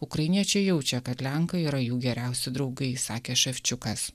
ukrainiečiai jaučia kad lenkai yra jų geriausi draugai sakė ševčiukas